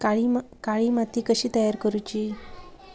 काळी माती कशी तयार करूची?